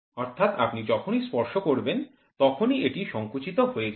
অর্থাৎ আপনি যখনই স্পর্শ করবেন তখনই এটি সংকুচিত হয়ে যাবে